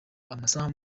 amasaha